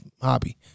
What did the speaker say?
hobby